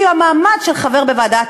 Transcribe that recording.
כי המעמד של חבר בוועדת